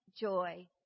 joy